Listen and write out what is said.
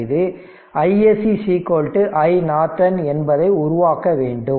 செய்து iSC r iNorton என்பதை உருவாக்க வேண்டும்